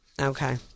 Okay